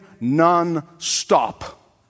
non-stop